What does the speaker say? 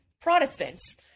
Protestants